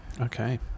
Okay